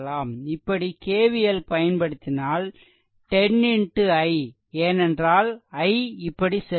இப்படி KVL பயன்படுத்தினால் 10 x i ஏனென்றால் i இப்படி செல்கிறது